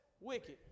wicked